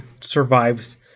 survives